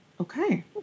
Okay